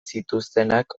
zituztenak